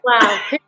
Wow